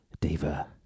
Diva